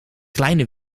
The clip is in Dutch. kleine